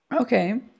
Okay